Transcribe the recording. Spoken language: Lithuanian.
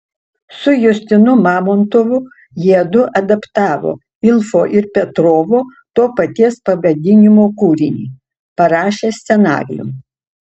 su justinu mamontovu jiedu adaptavo ilfo ir petrovo to paties pavadinimo kūrinį parašė scenarijų